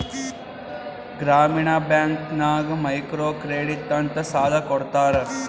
ಗ್ರಾಮೀಣ ಬ್ಯಾಂಕ್ ನಾಗ್ micro credit ಅಂತ್ ಸಾಲ ಕೊಡ್ತಾರ